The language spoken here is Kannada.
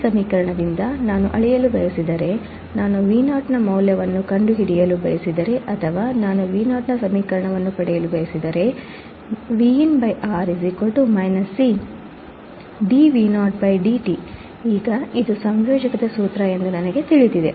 ಈ ಸಮೀಕರಣದಿಂದ ನಾನು ಅಳೆಯಲು ಬಯಸಿದರೆ ನಾನು Vo ನ ಮೌಲ್ಯವನ್ನು ಕಂಡುಹಿಡಿಯಲು ಬಯಸಿದರೆ ಅಥವಾ ನಾನು Vo ನ ಸಮೀಕರಣವನ್ನು ಪಡೆಯಲು ಬಯಸಿದರೆ ಈಗ ಇದು ಸಂಯೋಜಕದ ಸೂತ್ರ ಎಂದು ನನಗೆ ತಿಳಿದಿದೆ